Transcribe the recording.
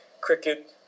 cricket